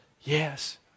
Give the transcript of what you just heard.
Yes